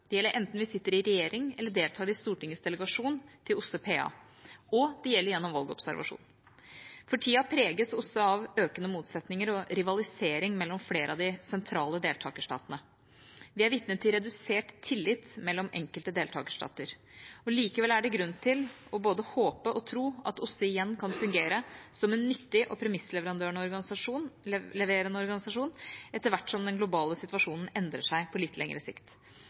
Det gjelder enten vi sitter i regjering eller deltar i Stortingets delegasjon til OSSE PA, og det gjelder gjennom valgobservasjon. For tida preges OSSE av økende motsetninger og rivalisering mellom flere av de sentrale deltakerstatene. Vi er vitne til redusert tillit mellom enkelte deltakerstater. Likevel er det grunn til både å håpe og tro at OSSE igjen kan fungere som en nyttig og premissleverende organisasjon etter hvert som den globale situasjonen endrer seg på litt lengre sikt.